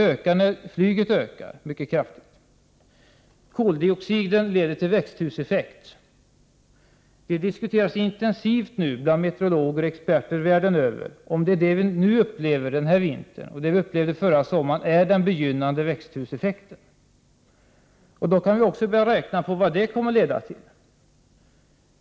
Utsläppen ökar mycket kraftigt när flygtrafiken ökar. Koldioxidutsläppen leder till växthuseffekt. Meteorologer och experter världen över diskuterar nu intensivt om det vi upplever denna vinter och det vi upplevde förra sommaren är den begynnande växthuseffekten. Då kan vi också räkna ut vad den kommer att leda till.